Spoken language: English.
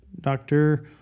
Doctor